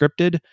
scripted